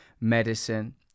medicine